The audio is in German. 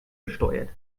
besteuert